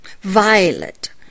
Violet